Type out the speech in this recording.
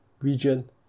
region